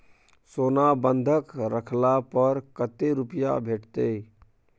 सोना बंधक रखला पर कत्ते रुपिया भेटतै?